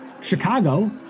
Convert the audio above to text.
Chicago